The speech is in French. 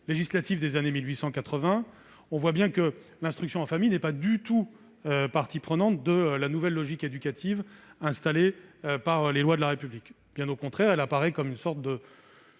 législatifs des années 1880 montrent que l'instruction en famille n'est pas du tout partie prenante de la nouvelle logique éducative installée par les lois de la République. Au contraire, elle apparaît comme une sorte de